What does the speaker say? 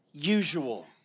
usual